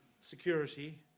security